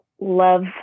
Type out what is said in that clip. love